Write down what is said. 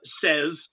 says